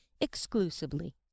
exclusively